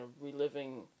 reliving